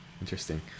Interesting